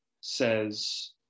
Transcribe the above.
says